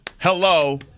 Hello